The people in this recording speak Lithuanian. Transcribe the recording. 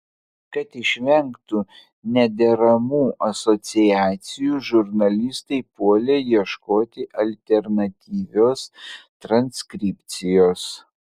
kad išvengtų nederamų asociacijų žurnalistai puolė ieškoti alternatyvios transkripcijos